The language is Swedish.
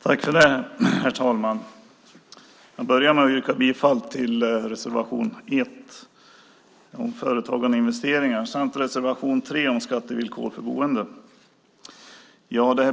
Herr talman! Jag börjar med att yrka bifall till reservation 1 om företagande och investeringar samt reservation 3 om skattevillkor för boenden.